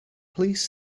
please